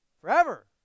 forever